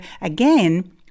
again